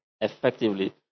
effectively